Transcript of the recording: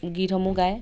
গীতসমূহ গায়